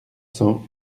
cents